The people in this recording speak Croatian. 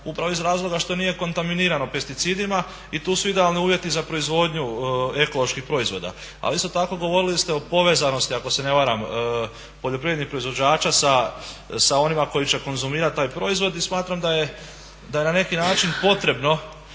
upravo iz razloga što nije kontaminirano pesticidima i tu su idealni uvjeti za proizvodnju ekoloških proizvoda. A isto tako govorili ste o povezanosti ako se ne varam poljoprivrednih proizvođača sa onima koji će konzumirat taj proizvod i smatram da je na neki način potrebno